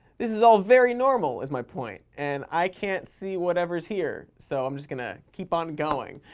this is all very normal, is my point, and i can't see whatever's here, so i'm just gonna keep on going.